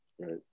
right